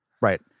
right